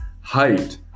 height